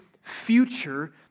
future